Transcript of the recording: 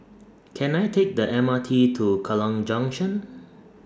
Can I Take The M R T to Kallang Junction